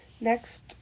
Next